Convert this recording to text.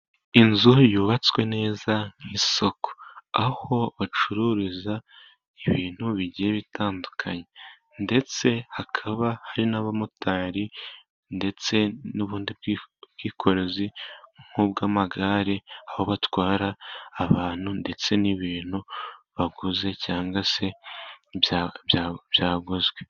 Inzu yubatswe neza nk'isoko, aho bacururiza ibintu bigiye bitandukanye ndetse hakaba hari n'abamotari ndetse n'ubundi bw'ubwikorezi, nk'ubw'amagare aho batwara abantu ndetse n'ibintu baguze, cyangwa se byaguzwe.